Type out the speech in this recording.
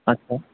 अच्छा